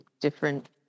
Different